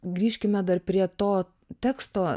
grįžkime dar prie to teksto